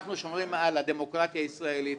אנחנו שומרים על הדמוקרטיה הישראלית.